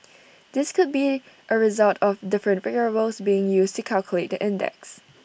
this could be A result of different variables being used to calculate the index